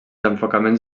enfocaments